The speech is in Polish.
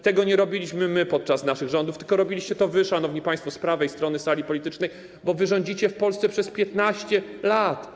Tego nie robiliśmy my podczas naszych rządów, tylko robiliście to wy, szanowni państwo z prawej strony sali politycznej, bo rządziliście w Polsce przez 15 lat.